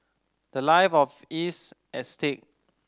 the life of is at stake